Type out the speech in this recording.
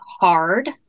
hard